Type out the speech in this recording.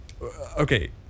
Okay